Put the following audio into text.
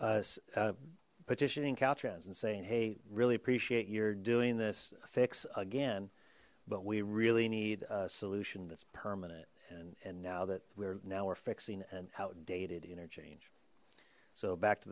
caltrans and saying hey really appreciate your doing this fix again but we really need a solution that's permanent and and now that we're now we're fixing an outdated interchange so back to